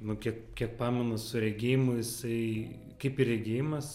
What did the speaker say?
nu kiek kiek pamenu su regėjimu jisai kaip ir regėjimas